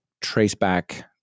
traceback